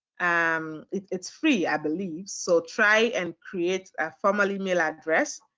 and um it's free i believe, so try and create a formal email address.